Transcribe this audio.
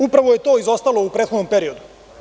Upravo je to izostalo u prethodnom periodu.